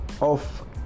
Off